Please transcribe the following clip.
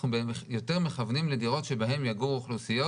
אנחנו יותר מכוונים לדירות שבהן יגורו אוכלוסיות